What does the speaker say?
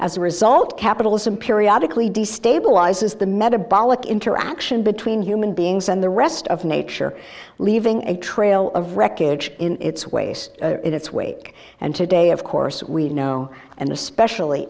as a result capitalism periodic lee destabilizes the metabolic interaction between human beings and the rest of nature leaving a trail of wreckage in its waste in its wake and today of course we know and especially